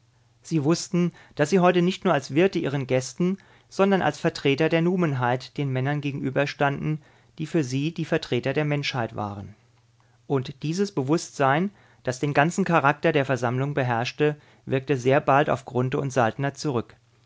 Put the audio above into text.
sie wußten daß sie heute nicht nur als wirte ihren gästen sondern als vertreter der numenheit den männern gegenüberstanden die für sie die vertreter der menschheit waren und dieses bewußtsein das den ganzen charakter der versammlung beherrschte wirkte sehr bald auf grunthe und saltner zurück